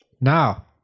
Now